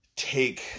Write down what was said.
Take